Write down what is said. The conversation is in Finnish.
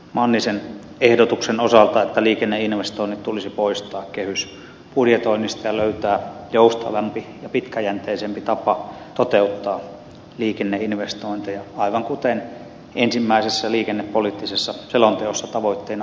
mannisen ehdotuksen osalta että tulisi poistaa liikenneinvestoinnit kehysbudjetoinnista ja löytää joustavampi ja pitkäjänteisempi tapa toteuttaa liikenneinvestointeja aivan kuten ensimmäisessä liikennepoliittisessa selonteossa tavoitteena olikin